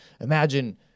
Imagine